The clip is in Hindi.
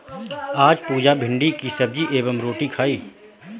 आज पुजा भिंडी की सब्जी एवं रोटी खाई